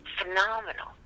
phenomenal